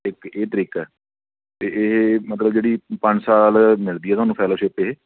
ਇੱਕ ਇਹ ਤਰੀਕਾ ਅਤੇ ਇਹ ਮਤਲਬ ਜਿਹੜੀ ਪੰਜ ਸਾਲ ਮਿਲਦੀ ਹੈ ਤੁਹਾਨੂੰ ਫੈਲੋਸ਼ਿਪ ਇਹ